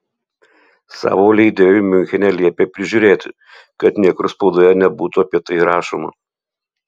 savo leidėjui miunchene liepė prižiūrėti kad niekur spaudoje nebūtų apie tai rašoma